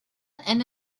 and